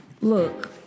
Look